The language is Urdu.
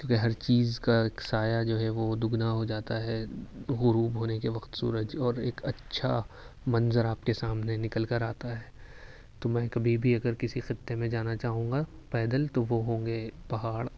کیوں کہ ہر چیز کا ایک سایہ جو ہے دگنا ہوجاتا ہے غروب ہونے کے وقت سورج اور ایک اچھا منظر آپ کے سامنے نکل کر آتا ہے تو میں کبھی بھی اگر کسی خطے میں جانا چاہوں گا پیدل تو وہ ہوں گے پہاڑ